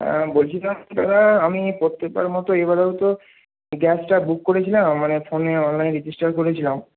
হ্যাঁ বলছিলাম কি দাদা আমি প্রত্যেকবারের মতো এবারেও তো গ্যাসটা বুক করেছিলাম মানে ফোনে অনলাইন রেজিস্টার করেছিলাম